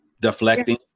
Deflecting